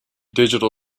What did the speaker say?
digital